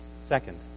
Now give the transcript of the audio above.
Second